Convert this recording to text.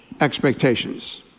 expectations